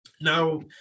Now